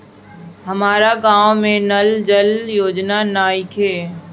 हमारा गाँव मे नल जल योजना नइखे?